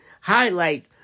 highlight